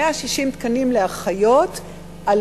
160 תקנים לאחיות על